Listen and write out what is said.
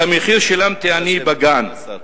את המחיר שילמתי אני, בגן.